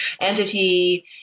entity